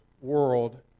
world